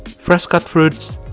fresh cut fruits